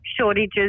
shortages